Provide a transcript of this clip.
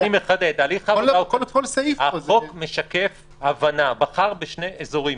-- החוק בחר בשני אזורים.